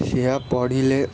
ସେହିଆ ପଢ଼ିଲେ